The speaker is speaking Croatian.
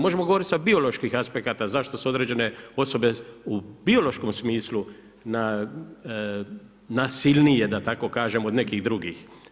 Možemo govoriti sa bioloških aspekata zašto su određene osobe u biološkom smislu nasilnije, da tako kažem, od nekih drugih.